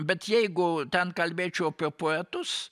bet jeigu ten kalbėčiau apie poetus